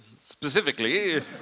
specifically